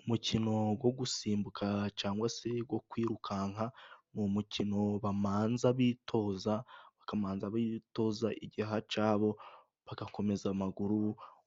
Umukino wo gusimbuka cyangwa se wo kwirukanka, ni umukino babanza bitoza, bakabanza bitoza igihaha cyabo bagakomeza amaguru,